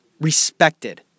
Respected